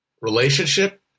relationship